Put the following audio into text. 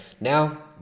Now